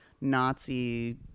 Nazi